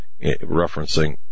referencing